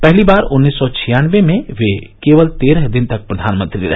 पहली बार उन्नीस सौ छान्नबे में वे केवल तेरह दिन तक प्रधानमंत्री रहे